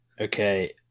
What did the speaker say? Okay